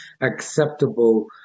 acceptable